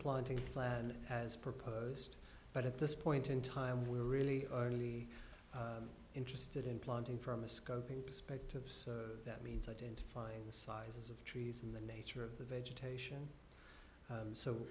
planting plan as proposed but at this point in time we're really early interested in planting from a scoping perspectives that means identifying the sizes of trees and the nature of the vegetation